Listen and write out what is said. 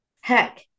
Heck